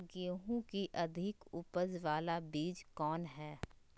गेंहू की अधिक उपज बाला बीज कौन हैं?